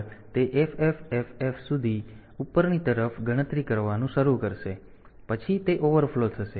તેથી તે FFFF સુધી ઉપરની તરફ ગણતરી કરવાનું શરૂ કરશે અને પછી તે ઓવરફ્લો થશે